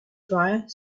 dryer